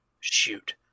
Shoot